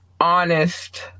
honest